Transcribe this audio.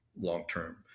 long-term